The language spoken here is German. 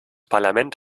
parlament